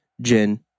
Jin